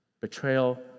Betrayal